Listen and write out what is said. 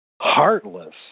heartless